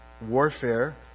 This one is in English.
warfare